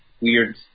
weird